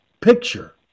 picture